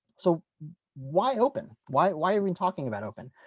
so why open? why why are we talking about open?